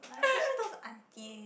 uh especially those aunties